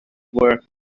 were